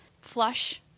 flush